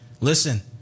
Listen